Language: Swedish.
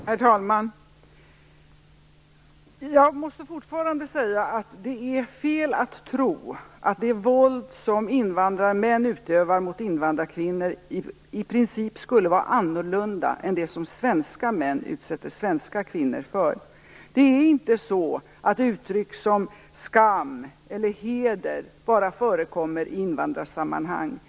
Herr talman! Jag måste fortfarande säga att det är fel att tro att det våld som invandrarmän utövar mot invandrarkvinnor i princip skulle vara annorlunda än det våld som svenska män utsätter svenska kvinnor för. Uttryck som "skam" eller "heder" förekommer inte bara i invandrarsammanhang.